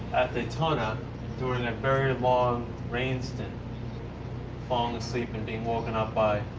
daytona doing a very long rain sting falling asleep and being woken up by